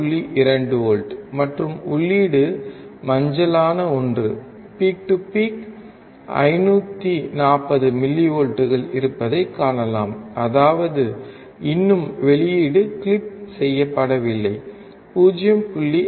2 volt மற்றும் உள்ளீடு மஞ்சளான ஒன்று பீக் டு பீக் 540 மில்லிவோல்ட்டுகள் இருப்பதை காணலாம் அதாவது இன்னும் வெளியீடு கிளிப் செய்யப்படவில்லை 0